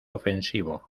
ofensivo